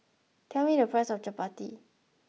tell me the price of Chapati